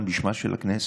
גם בשמה של הכנסת,